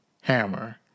hammer